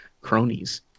cronies